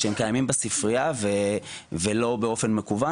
שהם קיימים בספריה ולא באופן מקוון,